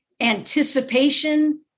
anticipation